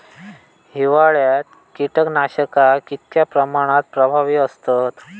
हिवाळ्यात कीटकनाशका कीतक्या प्रमाणात प्रभावी असतत?